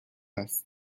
است